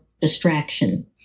distraction